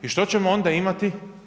I što ćemo onda imati?